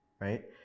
right